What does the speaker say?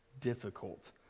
difficult